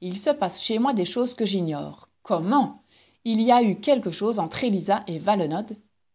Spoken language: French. il se passe chez moi des choses que j'ignore comment il y a eu quelque chose entre élisa et